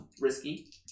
risky